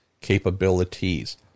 capabilities